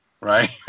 right